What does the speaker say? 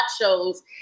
shows